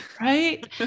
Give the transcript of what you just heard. Right